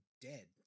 dead